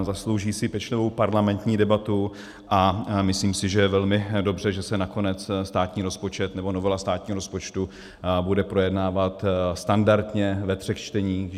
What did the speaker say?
Zaslouží si pečlivou parlamentní debatu a myslím si, že je velmi dobře, že se nakonec státní rozpočet, nebo novela státního rozpočtu bude projednávat standardně ve třech čteních.